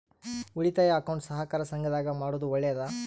ಉಳಿತಾಯ ಅಕೌಂಟ್ ಸಹಕಾರ ಸಂಘದಾಗ ಮಾಡೋದು ಒಳ್ಳೇದಾ?